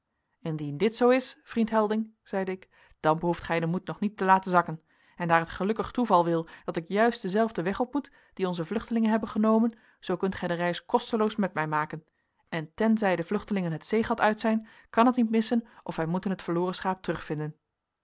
indien dit zoo is vriend helding zeide ik dan behoeft gij den moed nog niet te laten zakken en daar het gelukkig toeval wil dat ik juist denzelfden weg op moet dien onze vluchtelingen hebben genomen zoo kunt gij de reis kosteloos met mij maken en tenzij de vluchtelingen het zeegat uit zijn kan het niet missen of wij moeten het verloren schaap terugvinden